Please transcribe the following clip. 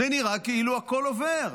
זה נראה כאילו הכול עובר.